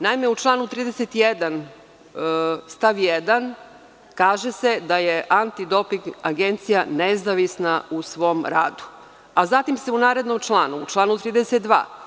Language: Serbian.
Naime, u članu 31. stav 1. kaže se da je Antidoping agencija nezavisna u svom radu, a zatim se u narednom članu, članu 32.